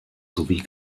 sowie